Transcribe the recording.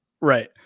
right